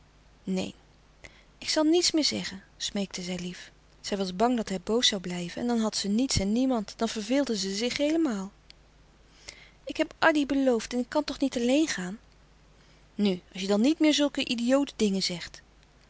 neen ik zal niets meer zeggen smeekte zij lief zij was bang dat hij boos zoû blijven en dan had ze niets en niemand dan verveelde ze zich heelemaal louis couperus de stille kracht ik heb addy beloofd en ik kan toch niet alleen gaan nu als je dan niet meer zulke idiote dingen zegt